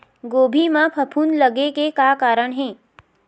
गोभी म फफूंद लगे के का कारण हे?